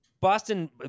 Boston